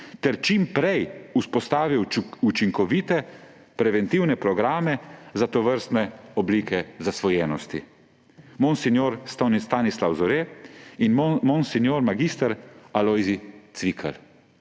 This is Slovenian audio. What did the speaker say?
ter čim prej vzpostavijo učinkovite preventivne programe za tovrstne oblike zasvojenosti.« Monsinjor Stanislav Zore in monsinjor mag. Alojzij Cvikl.